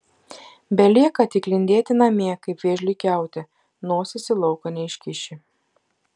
belieka tik lindėti namie kaip vėžliui kiaute nosies į lauką neiškiši